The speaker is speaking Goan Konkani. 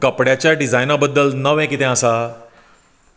कपड्याच्या डिजायना बद्दल नवें कितें आसा